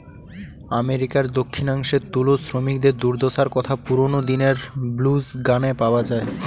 আমেরিকার দক্ষিণাংশে তুলো শ্রমিকদের দুর্দশার কথা পুরোনো দিনের ব্লুজ গানে পাওয়া যায়